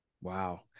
Wow